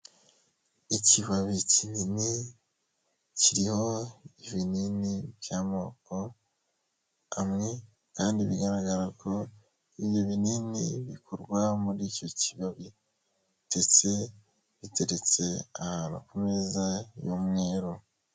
Ikibabi kinini kiriho ibinini by'amoko amwe kandi bigaragara ko ibyo binini bikorwa muri icyo kibabi ndetse biteretse ahantu ku meza y'umweru.